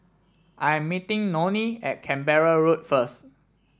I am meeting Nonie at Canberra Road first